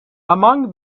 among